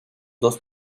dos